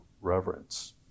reverence